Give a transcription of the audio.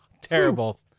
Terrible